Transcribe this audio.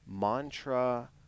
mantra